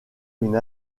une